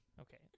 okay